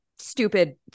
stupid